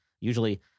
Usually